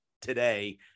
today